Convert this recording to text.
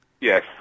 Yes